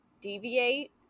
deviate